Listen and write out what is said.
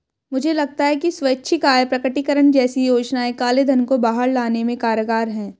मुझे लगता है कि स्वैच्छिक आय प्रकटीकरण जैसी योजनाएं काले धन को बाहर लाने में कारगर हैं